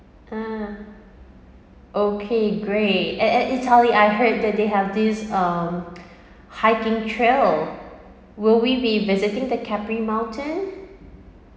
ah okay great at at italy I heard that they have this um hiking trail will we be visiting the capri mountain